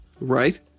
Right